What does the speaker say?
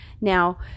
Now